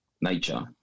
nature